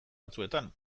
batzuetan